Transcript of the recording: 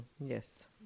Yes